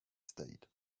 stayed